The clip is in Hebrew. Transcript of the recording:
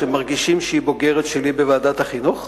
שמרגישים שהיא בוגרת שלי בוועדת החינוך,